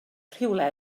rhywle